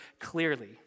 clearly